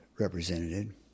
Represented